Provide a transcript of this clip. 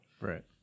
Right